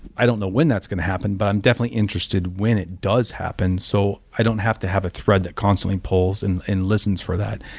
i don't know when that's going to happen, but i'm definitely interested when it does happen, so i don't have to have a thread that constantly pulls and and listens for that.